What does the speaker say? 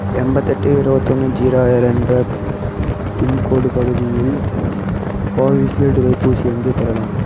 எண்பத்தெட்டு இருபத்தொன்னு ஜீரோ ஆறு என்ற பின்கோடு பகுதியில் கோவிஷீல்டு தடுப்பூசி எங்கே பெறலாம்